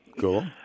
Cool